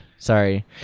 Sorry